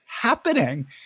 happening